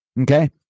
Okay